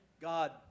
God